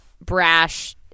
brash